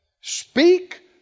Speak